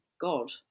God